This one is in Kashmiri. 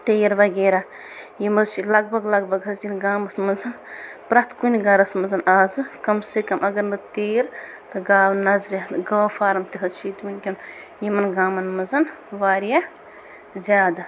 تیٖر وَغیرہ یِم حظ چھِ لَگ بَگ لَگ بَگ حظ یِن گامس منٛز پرٛیتھ کُنہِ گَرس منٛزن آزٕ کم سے کم اگر نہِ تیٖر تہٕ گاو نَظرِ گٲو فارم تہِ حظ چھُ ییٚتہِ وٕنکٮ۪ن یِمن گامن منٛز واریاہ زیادٕ